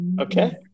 okay